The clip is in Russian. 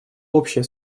общая